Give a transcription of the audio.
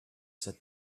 said